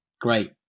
great